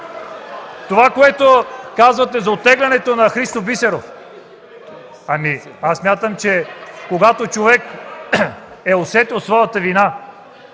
Това, което казвате за оттеглянето на Христо Бисеров – смятам, че когато човек е усетил своята вина,